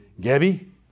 Gabby